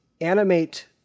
animate